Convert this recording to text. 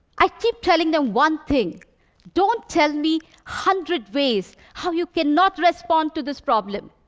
i keep telling them one thing don't tell me hundred ways how you cannot respond to this problem.